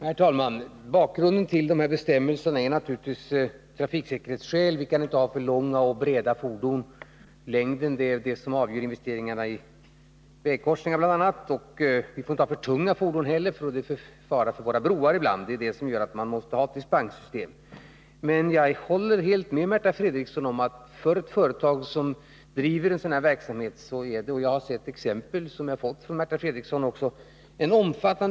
Herr talman! Bakgrunden till bestämmelserna på detta område är naturligtvis trafiksäkerhetssynpunkter. Vi kan inte ha för långa och breda fordon. Deras längd är bl.a. avgörande för storleken av investeringarna i vägkorsningar. Vi får inte heller ha för tunga fordon, eftersom det då ibland blir fara för våra broar. Det är detta som gör att vi måste ha ett dispensförfarande. Jag håller dock helt med Märta Fredrikson om att det för företag som driver verksamhet av ifrågavarande slag blir en omfattande byråkrati. Jag har från Märta Fredrikson fått exempel på detta.